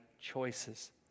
choices